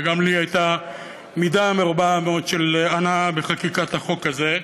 וגם לי הייתה מידה מרובה מאוד של הנאה בחקיקת החוק הזה,